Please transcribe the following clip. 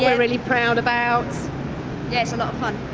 yeah really proud about yeah, it's and um